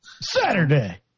Saturday